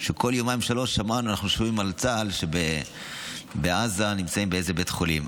שכל יומיים-שלושה אנחנו שומעים על צה"ל שבעזה נמצא באיזה בית חולים,